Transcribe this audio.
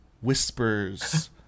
Whispers